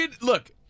Look